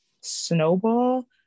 snowball